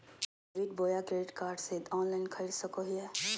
ई debit बोया credit card से online खरीद सको हिए?